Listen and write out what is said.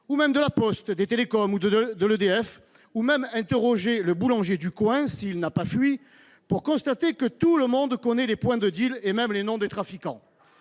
ou même La Poste, les télécoms ou EDF, voire d'interroger le boulanger du coin- s'il n'a pas fui -, pour constater que tout le monde connaît les points de deals et même le nom des trafiquants.